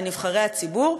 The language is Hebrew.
לנבחרי הציבור.